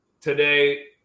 today